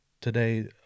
today